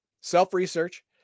self-research